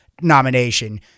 nomination